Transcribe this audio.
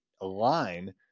align